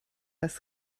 das